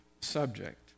subject